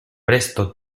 presto